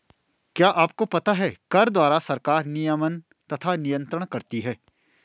क्या आपको पता है कर द्वारा सरकार नियमन तथा नियन्त्रण करती है?